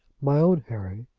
my own harry,